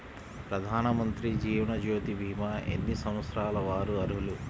ప్రధానమంత్రి జీవనజ్యోతి భీమా ఎన్ని సంవత్సరాల వారు అర్హులు?